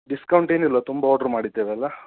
discount ಏನಿಲ್ಲವಾ ತುಂಬ order ಮಾಡಿದ್ದೇವಲ್ಲ